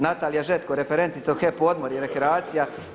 Natalija Žetko, referentica u HEP Odmori i rekreacija.